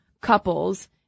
couples